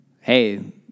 hey